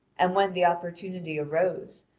and when the opportunity arose,